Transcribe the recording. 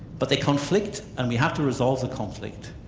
but they conflict, and we have to resolve the conflict,